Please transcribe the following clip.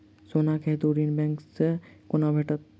सोनाक हेतु ऋण बैंक सँ केना भेटत?